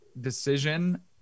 decision